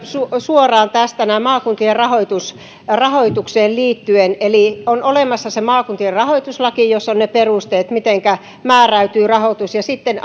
suoraan tästä nämä maakuntien rahoitukseen liittyen eli on olemassa se maakuntien rahoituslaki jossa on ne perusteet mitenkä määräytyy rahoitus ja sitten